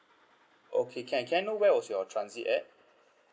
okay can can I know where was your transit at